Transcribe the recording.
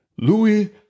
Louis